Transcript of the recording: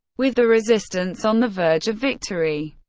with the resistance on the verge of victory,